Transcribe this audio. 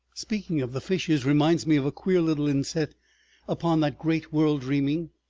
speaking of the fishes reminds me of a queer little inset upon that great world-dreaming.